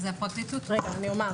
אני אומר.